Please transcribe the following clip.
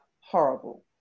horrible